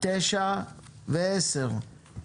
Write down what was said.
9 ו-10.